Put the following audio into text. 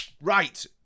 Right